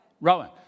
Rowan